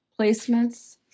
Placements